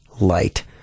Light